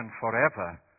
forever